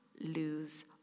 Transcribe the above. lose